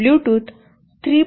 आणि ब्लूटूथ 3